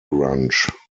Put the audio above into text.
grunge